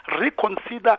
reconsider